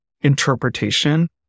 interpretation